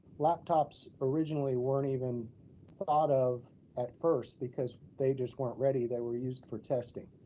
laptops originally weren't even thought of at first because they just weren't ready, they were used for testing.